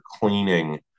cleaning